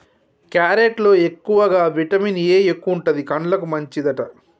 carrot లో ఎక్కువగా vitamin A ఎక్కువుంటది, కండ్లకు మంచిదట